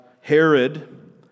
Herod